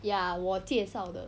ya 我介绍的